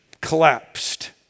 collapsed